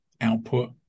output